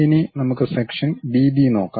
ഇനി നമുക്ക് section B B നോക്കാം